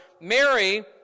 Mary